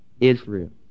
Israel